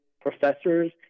professors